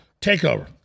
takeover